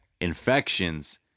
infections